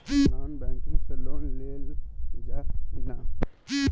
Non banking से loan लेल जा ले कि ना?